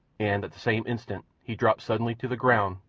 and at the same instant he dropped suddenly to the ground,